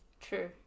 True